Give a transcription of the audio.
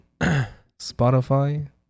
spotify